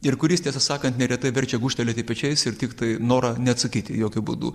ir kuris tiesą sakant neretai verčia gūžtelėti pečiais ir tiktai norą neatsakyti jokiu būdu